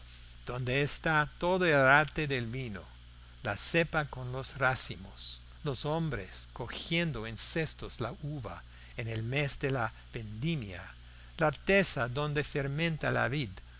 donde está todo el arte del vino la cepa con los racimos los hombres cogiendo en cestos la uva en el mes de la vendimia la artesa donde fermenta la vid